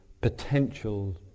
potential